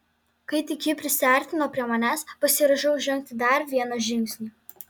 kai tik ji prisiartino prie manęs pasiryžau žengti dar vieną žingsnį